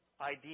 idea